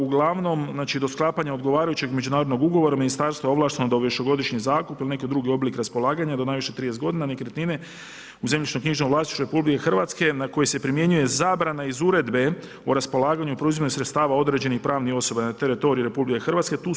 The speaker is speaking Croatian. Ugl. znači do sklapanja odgovarajućeg međunarodnog ugovora ministarstvo ovlašteno dovišegodišnji zakup ili neki drugi oblik raspolaganja do najviše 30 g. nekretnine, u zemljišnom knjižnom vlasništvu RH, na koji se primjenjuje zabrana iz uredbe o raspolaganju i preuzimanju sredstava određenih pravnih osoba na teritoriju RH.